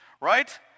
right